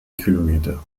kilometer